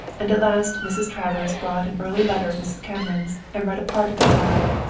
and at last mrs. travers brought an early letter of mrs. cameron's and read a part of it aloud.